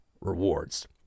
rewards